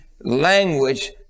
language